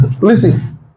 Listen